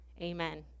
Amen